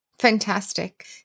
Fantastic